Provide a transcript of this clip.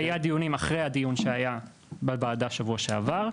היו דיונים אחרי הדיון שהיה בוועדה בשבוע שעבר.